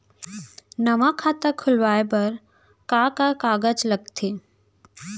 नवा खाता खुलवाए बर का का कागज लगथे?